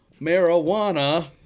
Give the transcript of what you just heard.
Marijuana